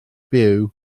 byw